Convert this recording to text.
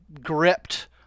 gripped